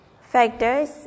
factors